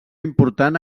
important